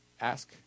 Ask